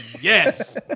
yes